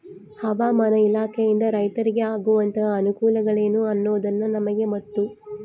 ಹವಾಮಾನ ಇಲಾಖೆಯಿಂದ ರೈತರಿಗೆ ಆಗುವಂತಹ ಅನುಕೂಲಗಳೇನು ಅನ್ನೋದನ್ನ ನಮಗೆ ಮತ್ತು?